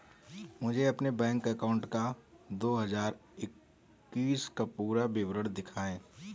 मुझे अपने bank account का दो हज़ार इक्कीस का पूरा विवरण दिखाएँ?